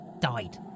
died